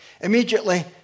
Immediately